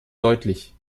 deutlich